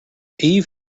eve